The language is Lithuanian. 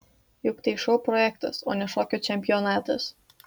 juk tai šou projektas o ne šokių čempionatas